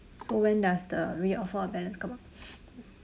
so when does the re-offer of balance come out